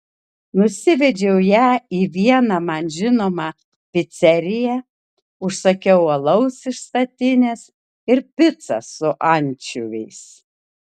nusivedžiau ją į vieną man žinomą piceriją užsakiau alaus iš statinės ir picą su ančiuviais